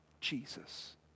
Jesus